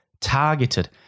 targeted